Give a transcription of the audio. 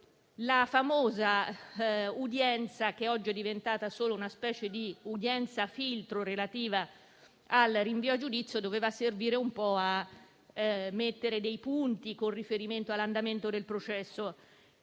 alla famosa udienza, che oggi è diventata solo un'udienza filtro relativa al rinvio a giudizio, che doveva servire a mettere dei punti con riferimento all'andamento del processo.